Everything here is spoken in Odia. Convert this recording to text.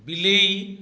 ବିଲେଇ